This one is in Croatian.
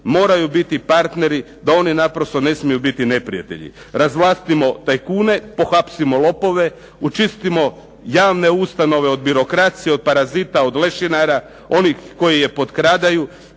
moraju biti partneri, da oni naprosto ne smiju biti neprijatelji. Razvlastimo tajkune, pohapsimo lopove, očistimo javne ustanove od birokracije, od parazita, od lešinara, onih koji je potkradaju,